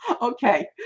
okay